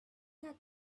had